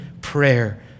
prayer